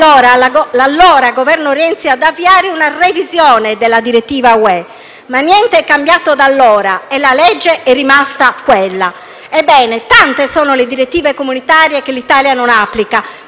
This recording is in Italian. l'allora Governo Renzi ad avviare una revisione della direttiva UE, ma niente è cambiato da allora e la legge è rimasta quella. Tante sono le direttive comunitarie che l'Italia non applica,